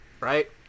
right